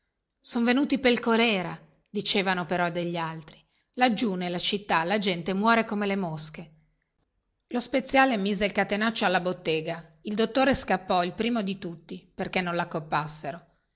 son venuti pel colera dicevano però degli altri laggiù nella città la gente muore come le mosche lo speziale mise il catenaccio alla bottega il dottore scappò il primo perchè non